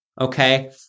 okay